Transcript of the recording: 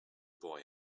boy